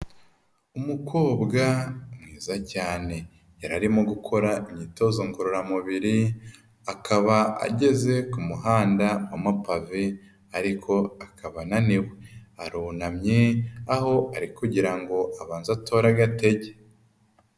Umukobwa mwiza cyane yari arimo gukora imyitozo ngororamubiri akaba ageze ku muhanda w'amapave ariko akaba ananiwe, arunamye aho ari kugira ngo abanze atore agatege.